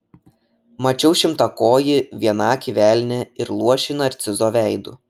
mačiau šimtakojį vienakį velnią ir luošį narcizo veidu